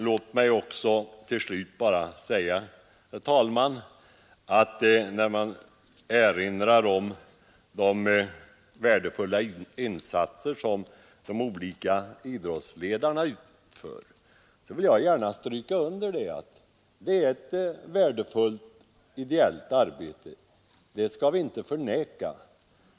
Låt mig också till slut bara, herr talman, när man erinrar om de värdefulla insatser som de olika idrottsledarna utför gärna stryka under att det är ett värdefullt ideellt arbete. Det skall inte förnekas.